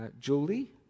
Julie